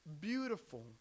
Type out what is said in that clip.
beautiful